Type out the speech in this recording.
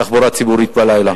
תחבורה ציבורית בלילה,